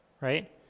right